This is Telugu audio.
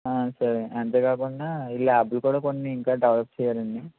ఆ సరే అంతే కాకుండా ఈ ల్యాబులు కూడా కొన్ని ఇంకా డెవెలప్ చేయాలండి